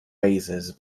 razors